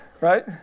Right